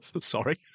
Sorry